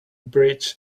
bridge